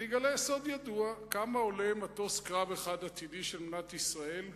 אגלה סוד ידוע: כמה עולה מטוס קרב אחד עתידי של מדינת ישראל?